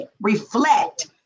reflect